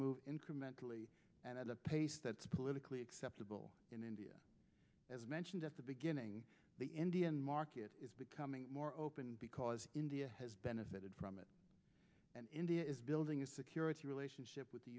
move incrementally and at a pace that is politically acceptable in india as mentioned at the beginning the indian market is becoming more open because india has benefited from it and india is building a security relationship with the